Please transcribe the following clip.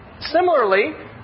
Similarly